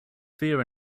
fear